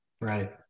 right